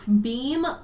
beam